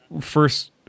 first